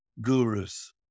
gurus